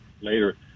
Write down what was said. later